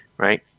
Right